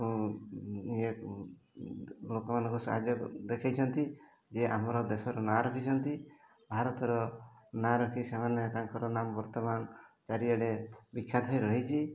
ଲୋକମାନଙ୍କୁ ସାହାଯ୍ୟ ଦେଖେଇଛନ୍ତି ଯେ ଆମର ଦେଶର ନାଁ ରଖିଛନ୍ତି ଭାରତର ନାଁ ରଖି ସେମାନେ ତାଙ୍କର ନାମ ବର୍ତ୍ତମାନ ଚାରିଆଡ଼େ ବିଖ୍ୟାତ ହେଇ ରହିଛି